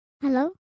Hello